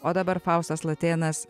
o dabar faustas latėnas